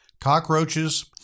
Cockroaches